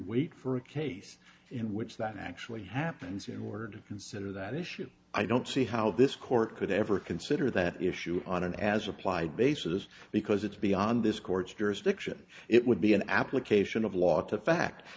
wait for a case in which that actually happens in order to consider that issue i don't see how this court could ever consider that issue on an as applied basis because it's beyond this court's jurisdiction it would be an application of law to fact